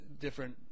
different